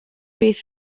beth